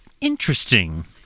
interesting